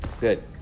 Good